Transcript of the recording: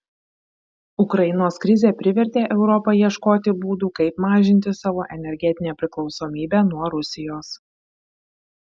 ukrainos krizė privertė europą ieškoti būdų kaip mažinti savo energetinę priklausomybę nuo rusijos